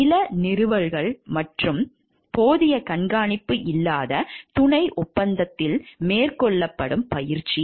நில நிறுவல்கள் மற்றும் போதிய கண்காணிப்பு இல்லாத துணை ஒப்பந்தத்தில் மேற்கொள்ளப்படும் பயிற்சி